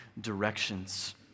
directions